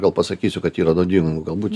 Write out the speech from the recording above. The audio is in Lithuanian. gal pasakysiu kad yra nuodingų galbūt